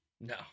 No